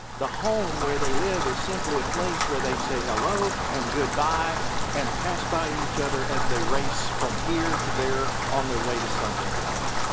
the home where they live is simply a place where they say hello and goodbye and pass by each other as they race from here to there on their way to something else.